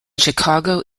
chicago